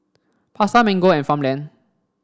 Pasar Mango and Farmland